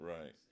Right